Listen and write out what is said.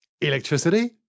Electricity